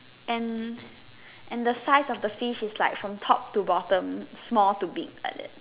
and and the size of the fish is like from top to bottom small to big like that